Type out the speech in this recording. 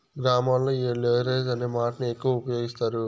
గ్రామాల్లో ఈ లెవరేజ్ అనే మాటను ఎక్కువ ఉపయోగిస్తారు